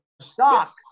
stock